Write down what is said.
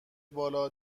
بالا